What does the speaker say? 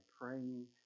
praying